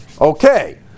okay